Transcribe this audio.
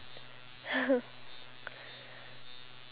one blink away blink your eyes